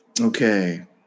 Okay